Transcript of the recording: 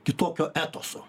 kitokio etoso